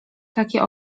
takie